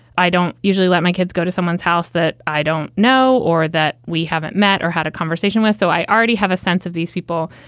i don't usually let my kids go to someone's house that i don't know or that we haven't met or had a conversation with. so i already have a sense of these people.